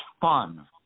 fun